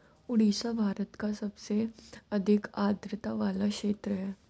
ओडिशा भारत का सबसे अधिक आद्रता वाला क्षेत्र है